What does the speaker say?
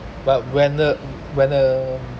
but when the when the